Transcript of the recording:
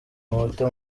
water